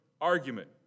argument